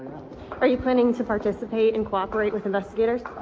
are you planning to participate and cooperate with investigators?